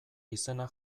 izena